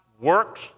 works